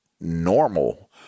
normal